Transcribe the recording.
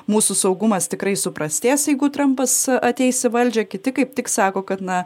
mūsų saugumas tikrai suprastės jeigu trampas ateis į valdžią kiti kaip tik sako kad na